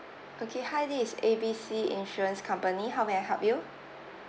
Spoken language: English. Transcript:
okay hi this A B C insurance company how may I help you